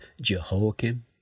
Jehoiakim